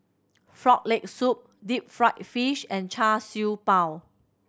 Frog Leg Soup deep fried fish and Char Siew Bao